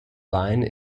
line